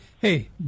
hey